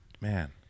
Man